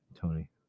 tony